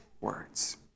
words